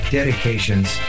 dedications